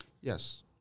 Yes